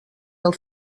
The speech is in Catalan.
del